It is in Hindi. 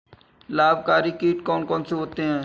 लाभकारी कीट कौन कौन से होते हैं?